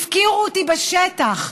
הפקירו אותי בשטח.